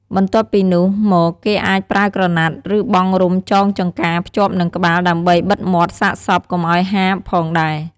បន្ទាប់ពីនោះមកគេអាចប្រើក្រណាត់ ឬបង់រុំចងចង្កាភ្ជាប់នឹងក្បាលដើម្បីបិទមាត់សាកសពកុំឱ្យហាផងដែរ។